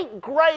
great